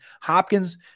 Hopkins